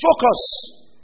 focus